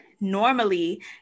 normally